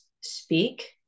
speak